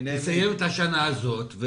נסיים את השנה הזאת,